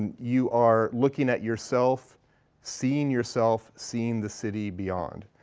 and you are looking at yourself seeing yourself seeing the city beyond.